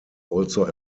also